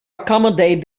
accommodate